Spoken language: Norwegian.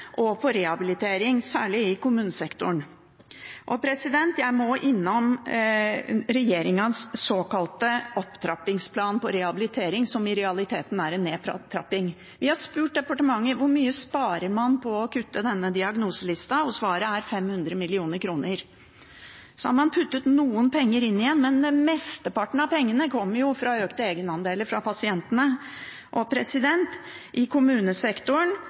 og på rehabilitering, særlig i kommunesektoren. Jeg må innom regjeringens såkalte opptrappingsplan for rehabilitering, som i realiteten er en nedtrappingsplan. Vi har spurt departementet hvor mye man sparer på å kutte denne diagnoselista, og svaret er 500 mill. kr. Så har man puttet noen penger inn igjen, men mesteparten av pengene kommer fra økte egenandeler for pasientene. I kommunesektoren